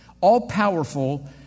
all-powerful